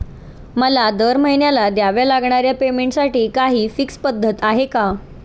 मला दरमहिन्याला द्यावे लागणाऱ्या पेमेंटसाठी काही फिक्स पद्धत आहे का?